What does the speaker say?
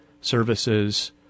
services